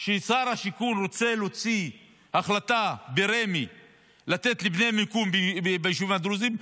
כששר השיכון רוצה להוציא החלטה ברמ"י לתת לבני המקום ביישובים הדרוזיים,